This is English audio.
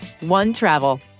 OneTravel